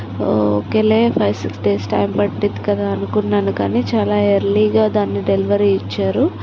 ఓకేలే five six days time పట్టుద్ది కదా అనుకున్నాను కానీ చాలా ఎర్లీగా దాన్ని డెలివరీ ఇచ్చారు